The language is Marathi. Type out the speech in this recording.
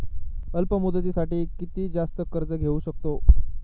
अल्प मुदतीसाठी किती जास्त कर्ज घेऊ शकतो?